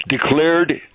declared